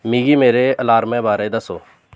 मिगी मेरे अलार्में बारै दस्सो